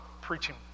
preaching